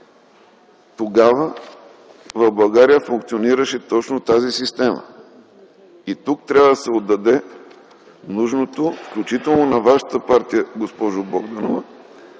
тогава у нас функционираше точно тази система. Тук трябва да се отдаде нужното, включително на вашата партия, госпожо Богданова,